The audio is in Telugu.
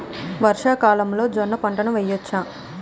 వర్షాకాలంలో జోన్న పంటను వేయవచ్చా?